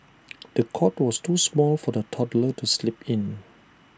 the cot was too small for the toddler to sleep in